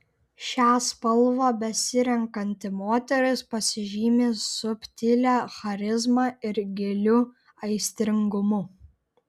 šią spalvą besirenkanti moteris pasižymi subtilia charizma ir giliu aistringumu